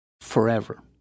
forever